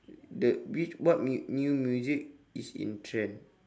the which what mu~ new music is in trend